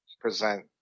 present